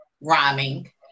rhyming